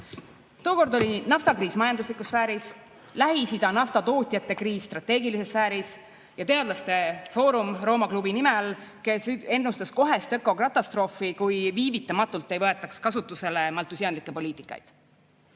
Tookord oli naftakriis majanduslikus sfääris, Lähis-Ida naftatootjate kriis strateegilises sfääris ja teadlaste foorum Rooma Klubi nime all, kes ennustas kohest ökokatastroofi, kui viivitamatult ei võeta kasutusele maltusiaanlikku poliitikat. Täna